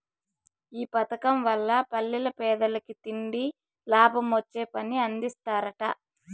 ఈ పదకం వల్ల పల్లెల్ల పేదలకి తిండి, లాభమొచ్చే పని అందిస్తరట